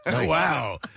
Wow